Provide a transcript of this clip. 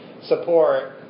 support